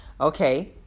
Okay